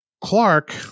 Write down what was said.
Clark